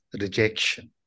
rejection